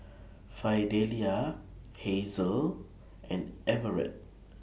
Fidelia Hazel and Everet